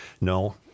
No